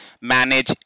manage